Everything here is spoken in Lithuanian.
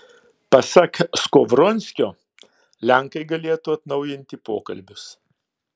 pasak skovronskio lenkai galėtų atnaujinti pokalbius